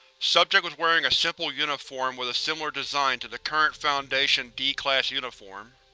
subject was wearing a simple uniform with a similar design to the current foundation d-class uniform.